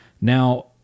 Now